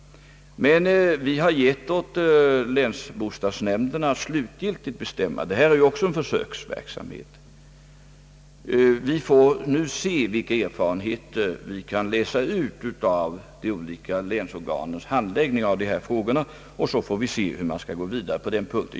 Vi har dock givit den slutgiltiga bestämmanderätten åt länsbostadsnämnderna. Det här är ju också en försöksverksamhet, och vi får nu se vilka erfarenheter vi kan få av de olika länsorganens handläggning av dessa frågor och hur vi skall gå vidare på den punkten.